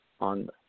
on